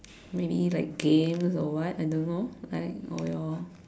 maybe like games or what I don't know like or your